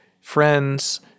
friends